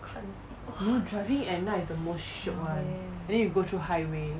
driving at night is the most shiok [one] then you go through highway